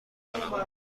دارم